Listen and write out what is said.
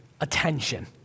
attention